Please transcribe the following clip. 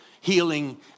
healing